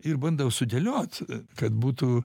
ir bandau sudėliot kad būtų